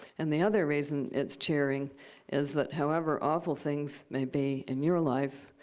and the other reason it's cheering is that, however awful things may be in your life,